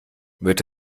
wird